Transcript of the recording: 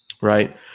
right